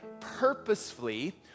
purposefully